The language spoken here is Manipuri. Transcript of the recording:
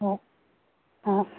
ꯍꯣꯏ ꯑꯥ